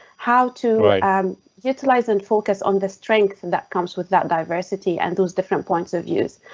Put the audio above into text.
how to um utilize and focus on the strength and that comes with that diversity, and those different points of views.